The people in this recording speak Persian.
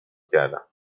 کردم